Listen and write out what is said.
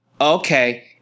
okay